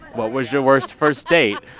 what was your worst first date?